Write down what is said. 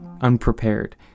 unprepared